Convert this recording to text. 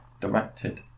directed